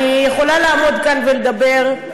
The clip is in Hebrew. אני יכולה לעמוד כאן ולדבר,